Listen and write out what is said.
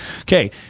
Okay